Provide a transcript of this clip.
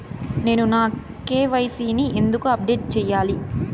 నేను నా కె.వై.సి ని ఎందుకు అప్డేట్ చెయ్యాలి?